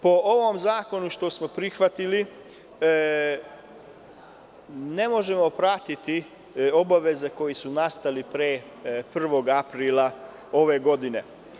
Po ovom zakonu što smo prihvatili, ne možemo pratiti obaveze koje su nastale pre 1. aprila ove godine.